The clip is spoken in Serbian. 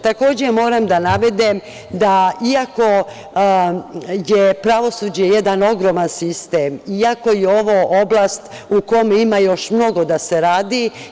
Takođe, moram da navedem da iako je pravosuđe jedan ogroman sistem, iako je ovo oblast u kome ima još mnogo da se radi.